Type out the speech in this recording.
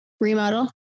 remodel